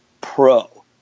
pro